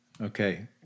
Okay